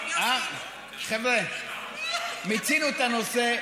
חבר'ה, מיצינו את הנושא.